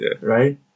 Right